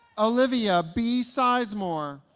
olivia b. sizemore